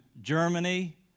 Germany